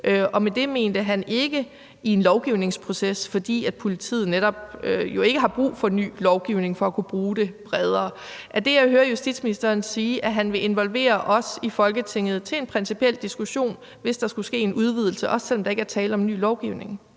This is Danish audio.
Med det mente han ikke i en lovgivningsproces, fordi politiet jo netop ikke har brug for ny lovgivning for at kunne bruge det bredere. Er det, jeg hører justitsministeren sige, at han vil involvere os i Folketinget til en principiel diskussion, hvis der skulle ske en udvidelse, også selv om der ikke er tale om ny lovgivning?